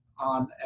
on